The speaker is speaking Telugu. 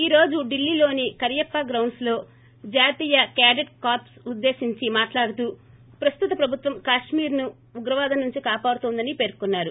ఈ రోజు డిల్లీలోని కరియప్ప గ్రౌండ్స్ లో జాతీయ కెడెట్ కార్చ్ ను ఉద్దేశించి మాట్లాడుతూ ప్రస్తుత ప్రభుత్వం కాశ్కీర్ను ఉగ్రవాదం నుంచి కాపాడుతోందని పేర్కొన్నారు